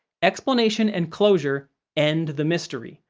explanation and closure end the mystery,